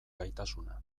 gaitasuna